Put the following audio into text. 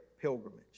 pilgrimage